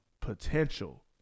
potential